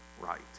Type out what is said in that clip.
right